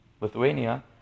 Lithuania